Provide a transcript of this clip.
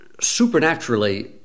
supernaturally